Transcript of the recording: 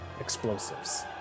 explosives